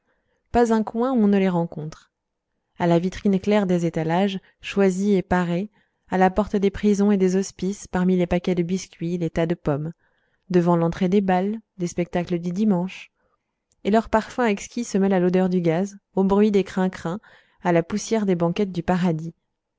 pas un coin où on ne les rencontre à la vitrine claire des étalages choisies et parées à la porte des prisons et des hospices parmi les paquets de biscuits les tas de pommes devant l'entrée des bals des spectacles du dimanche et leur parfum exquis se mêle à l'odeur du gaz au bruit des crincrins à la poussière des banquettes du paradis